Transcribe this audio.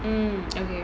mm okay